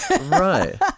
Right